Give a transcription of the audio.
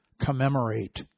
commemorate